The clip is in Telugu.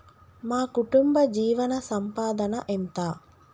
మా కుటుంబ జీవన సంపాదన ఎంత?